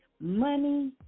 money